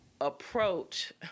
approach